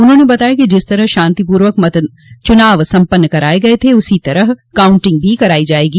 उन्होंने बताया कि जिस तरह शांतिपूर्वक चुनाव सम्पन्न कराये गये थे उसी तरह काउंटिंग भी कराई जायेगी